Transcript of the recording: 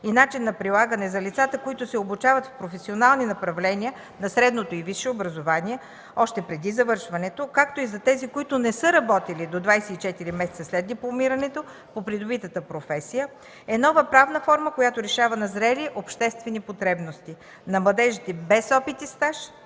и начин на прилагане за лицата, които се обучават в професионални направления на средното и висшето образование още преди завършването, както и за тези, които не са работили до 24 месеца след дипломирането по придобитата професия, е нова правна форма, която решава назрели обществени потребности – на младежите без опит и стаж,